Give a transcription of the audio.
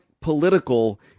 political